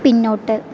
പിന്നോട്ട്